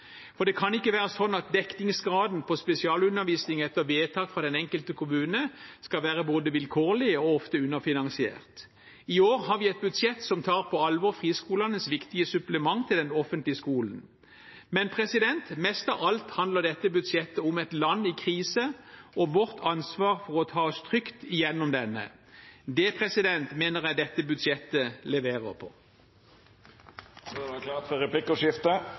Det kan ikke være slik at dekningsgraden på spesialundervisning etter vedtak fra den enkelte kommune skal være både vilkårlig og ofte underfinansiert. I år har vi et budsjett som tar på alvor friskolenes viktige supplement til den offentlige skolen. Men mest av alt handler dette budsjettet om et land i krise og vårt ansvar for å ta oss trygt gjennom denne. Det mener jeg dette budsjettet leverer på. Det vert replikkordskifte. Da Kristelig Folkeparti ikke var